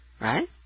right